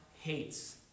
hates